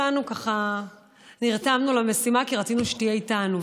כולנו ככה נרתמנו למשימה, כי רצינו שתהיה איתנו.